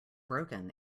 broken